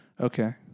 Okay